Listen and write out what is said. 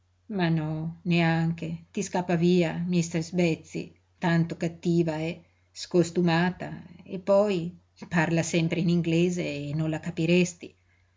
ma no neanche ti scappa via mistress betsy tanto cattiva è scostumata e poi parla sempre in inglese e non la capiresti